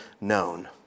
known